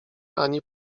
ani